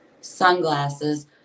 Sunglasses